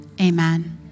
Amen